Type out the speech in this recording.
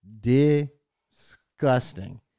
Disgusting